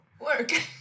work